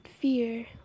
Fear